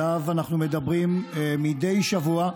שעליו אנחנו מדברים מדי שבוע,